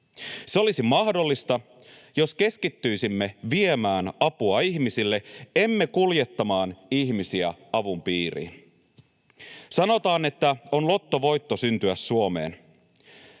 Se olisi mahdollista, jos keskittyisimme viemään apua ihmisille, emme kuljettamaan ihmisiä avun piiriin. Sanotaan, että on lottovoitto syntyä Suomeen.